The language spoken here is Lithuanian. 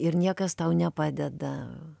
ir niekas tau nepadeda